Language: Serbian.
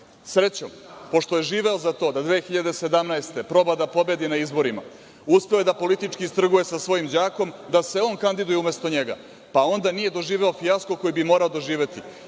mesto. Srećom, pošto je živeo za to da 2017. godine proba da pobedi na izborima, uspeo je da politički istrguje sa svojim đakom, da se on kandiduje umesto njega, pa onda nije doživeo fijasko koji bi morao doživeti